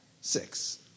six